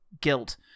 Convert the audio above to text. guilt